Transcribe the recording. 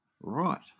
Right